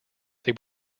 they